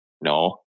no